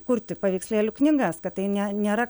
kurti paveikslėlių knygas kad tai ne nėra